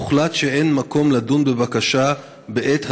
הוחלט שאין מקום לדון בבקשה בעת הזו,